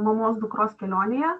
mamos dukros kelionėje